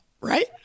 right